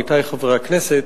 עמיתי חברי הכנסת,